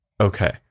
Okay